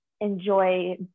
enjoy